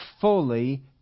fully